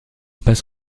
passe